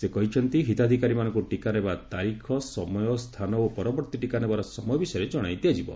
ସେ କହିଛନ୍ତି ହିତାଧିକାରୀମାନଙ୍କୁ ଟିକା ନେବା ତାରିଖ ସମୟ ସ୍ଥାନ ଓ ପରବର୍ତ୍ତୀ ଟିକା ନେବାର ସମୟ ବିଷୟରେ ଜଣାଇ ଦିଆଯିବ